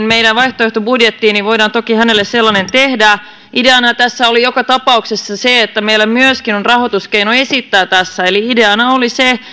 meidän vaihtoehtobudjettiimme niin voidaan toki hänelle sellainen tehdä ideana tässä oli joka tapauksessa se että meillä on myöskin rahoituskeino esittää eli ideana oli se